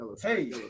hey